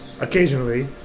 Occasionally